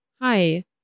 hi